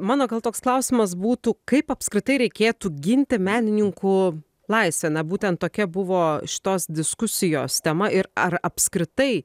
mano gal toks klausimas būtų kaip apskritai reikėtų ginti menininkų laisvę na būtent tokia buvo šitos diskusijos tema ir ar apskritai